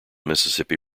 mississippi